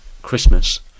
Christmas